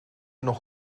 nog